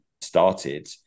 started